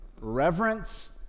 reverence